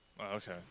Okay